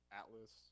atlas